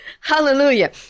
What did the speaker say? Hallelujah